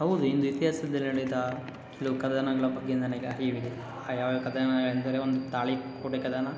ಹೌದು ಇಂದು ಇತಿಹಾಸದಲ್ಲ್ ನಡೆದ ಹಲವು ಕದನಗಳ ಬಗ್ಗೆ ನನಗೆ ಅರಿವಿದೆ ಯಾವ್ಯಾವ ಕದನ ಅಂದರೆ ಒಂದು ತಾಳೀಕೋಟೆ ಕದನ